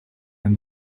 and